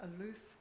aloof